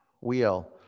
Wheel